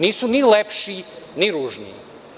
Nisu ni lepši ni ružniji.